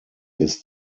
ist